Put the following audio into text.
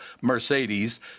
Mercedes